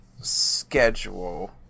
schedule